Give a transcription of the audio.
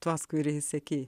tuos kuriais sekei